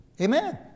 Amen